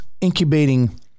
incubating